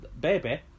baby